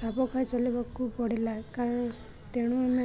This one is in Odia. ଖାପ ଖୁଆଇ ଚଲାଇବାକୁ ପଡ଼ିଲା କାରଣ ତେଣୁ ଆମେ